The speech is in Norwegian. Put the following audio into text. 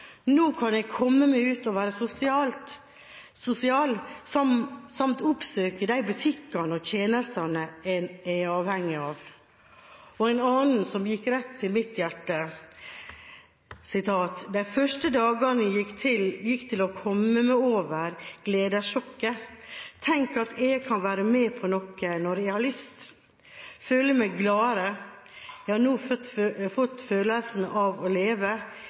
Nå kan jeg komme meg ut og være sosial samt oppsøke de butikkene og tjenestene en er avhengig av. Og en annen, som gikk rett til mitt hjerte: De første dagene gikk til å komme meg over gledessjokket – tenk at jeg kan være med på noe når jeg har lyst, føle meg gladere. Jeg har nå fått følelsen av å leve,